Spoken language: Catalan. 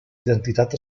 identitat